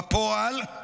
בפועל,